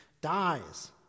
dies